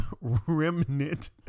remnant